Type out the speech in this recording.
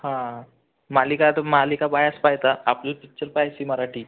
हा मालिका तू मालिका पाह्यास पाहायचा आपलीच पिच्चर पाहायची मराठी